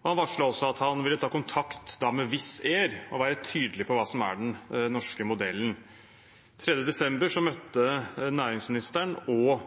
og han varslet at han ville ta kontakt med Wizz Air og være tydelig på hva som er den norske modellen. Den 3. desember møtte næringsministeren og